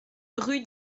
rue